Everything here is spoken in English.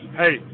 hey